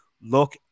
look